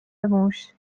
موش